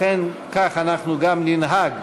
לכן כך אנחנו גם ננהג.